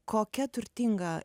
kokia turtinga